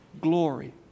glory